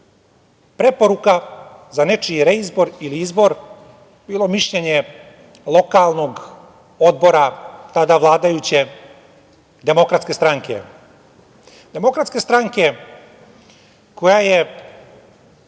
preporuka za nečiji reizbor ili izbor bilo mišljenje lokalnog odbora tada vladajuće DS. Demokratske stranke koja je